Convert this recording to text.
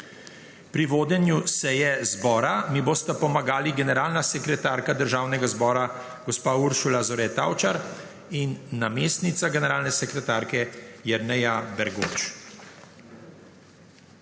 Pri vodenju seje zbora mi bosta pomagali generalna sekretarka Državnega zbora gospa Uršula Zore Tavčar in namestnica generalne sekretarke Jerneja Bergoč.